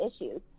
issues